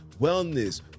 Wellness